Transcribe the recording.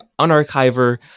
unarchiver